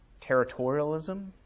Territorialism